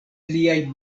liaj